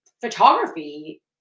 photography